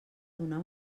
donar